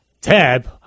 Tab